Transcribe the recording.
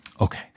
Okay